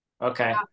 okay